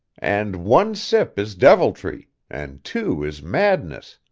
and one sip is deviltry, and two is madness,